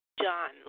John